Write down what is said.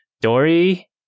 Dory